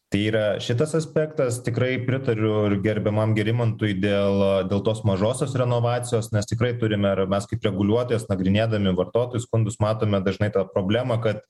tai yra šitas aspektas tikrai pritariu ir gerbiamam gerimantui dėl dėl tos mažosios renovacijos nes tikrai turime ir mes kaip reguliuotojas nagrinėdami vartotojų skundus matome dažnai tą problemą kad